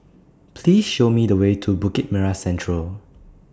Please Show Me The Way to Bukit Merah Central